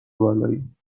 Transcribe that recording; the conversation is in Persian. بالاییم